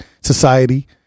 society